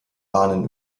bahnen